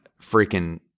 freaking